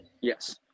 Yes